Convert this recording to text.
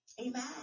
Amen